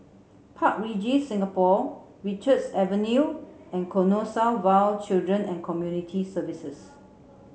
Park Regis Singapore Richards Avenue and Canossaville Children and Community Services